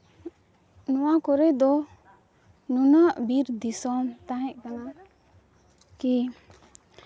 ᱱᱚᱣᱟ ᱠᱚᱨᱮ ᱫᱚ ᱱᱩᱱᱟᱹᱜ ᱵᱤᱨ ᱫᱤᱥᱚᱢ ᱛᱟᱦᱮᱸᱜ ᱠᱟᱱᱟ ᱠᱤ